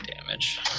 damage